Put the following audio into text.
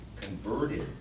converted